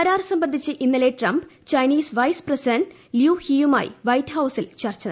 കരാർ സംബന്ധിച്ച് ഇന്നലെ Trump Chinese vice president Liu ഹീയുമായി വൈറ്റ് ഹൌസിൽ ചർച്ച നടത്തി